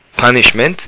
punishment